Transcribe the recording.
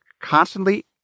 constantly